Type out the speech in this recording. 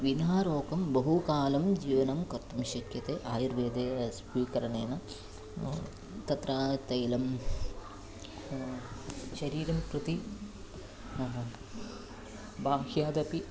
विनारोगं बहुकालं जीवनं कर्तुं शक्यते आयुर्वेदं स्वीकरणेन तत्र तैलं शरीरं प्रति ह ह बाह्यादपि